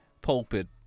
pulpit